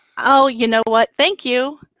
oh, you know what? thank you,